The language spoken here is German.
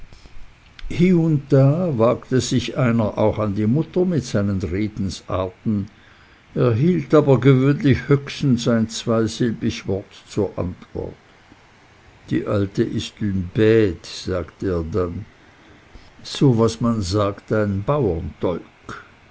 und da einer wagte sich auch an die mutter mit seinen redensarten erhielt aber gewöhnlich höchstens ein zweisilbig wort zur antwort die alte ist une bte sagte er dann so was man sagt ein